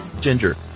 ginger